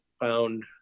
found